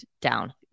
down